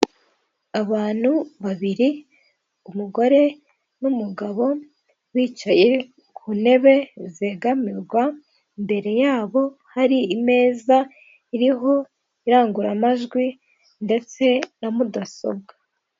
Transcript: Abantu babiri umugore n'umugabo bicaye ku ntebe zegamirwa, imbere yabo harimeza iriho irangururamajwi ndetse na mudasobwa.